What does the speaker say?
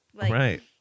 right